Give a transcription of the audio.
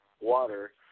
water